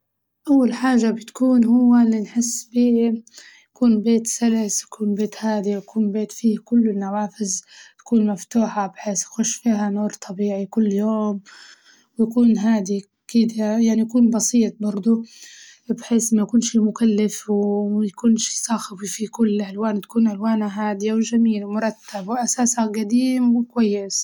أول حاجة بتكون هو اللي نحس فيه يكون بيت سلس يكون بيت هادي ويكون بيت فيه كل النوافز تكون مفتوحة بحيس يخش فيها نور طبيعي كل يوم، ويكون هادي أكيد ي- يعني يكون بسيط برضه بحيس ميكونش مكلف وميكونش صاخب وفيه الألوان تكون ألوانه هادية وجميلة ومرتب وأساسه قديم وكويس.